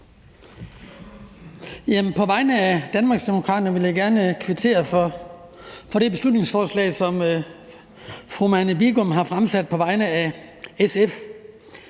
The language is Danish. På vegne af Danmarksdemokraterne vil jeg gerne kvittere for det beslutningsforslag, som fru Marianne Bigum har fremsat på vegne af SF.